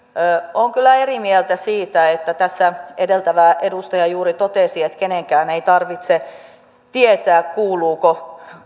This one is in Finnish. olen kyllä eri mieltä siitä kun tässä edeltävä edustaja juuri totesi että kenenkään ei tarvitse tietää kuuluuko